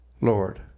Lord